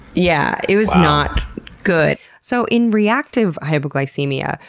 yeah, it was not good. so in reactive hypoglycemia,